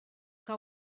que